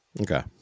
Okay